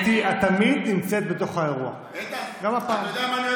קטי, את תמיד נמצאת בתוך האירוע, גם הפעם.